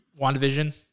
WandaVision